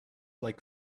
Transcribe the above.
like